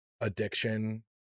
addiction